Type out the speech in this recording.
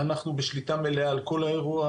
אנחנו בשליטה מלאה על כל האירוע,